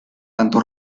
tanto